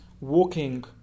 walking